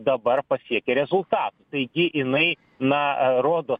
dabar pasiekia rezultatų taigi inai na rodo